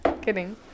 kidding